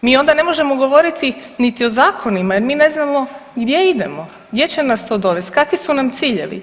mi onda ne možemo govoriti niti o zakonima jer mi ne znamo gdje idemo, gdje će nas to dovesti, kakvi su nam ciljevi.